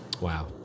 Wow